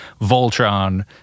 Voltron